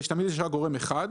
ושתמיד יש רק גורם אחד.